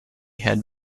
had